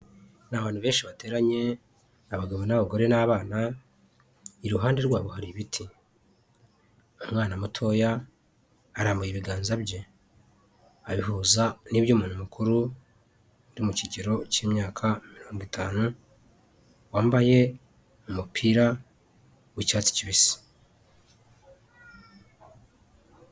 Ni abantu benshi bateranye abagabo n'abagore n'abana iruhande rwabo hari ibiti, umwana mutoya arambuye ibiganza bye abihuza n'iby'umuntu mukuru uri mu kigero cy'imyaka mirongo itanu wambaye umupira w'icyatsi kibisi.